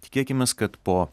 tikėkimės kad po